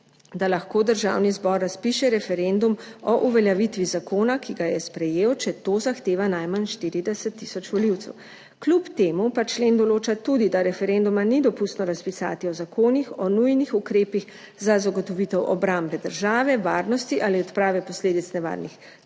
da lahko Državni zbor razpiše referendum o uveljavitvi zakona, ki ga je sprejel, če to zahteva najmanj 40 tisoč volivcev, kljub temu pa člen določa tudi, da referenduma ni dopustno razpisati o zakonih o nujnih ukrepih za zagotovitev obrambe države, varnosti ali odprave posledic naravnih nesreč,